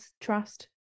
trust